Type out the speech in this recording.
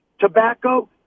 Tobacco